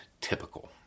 typical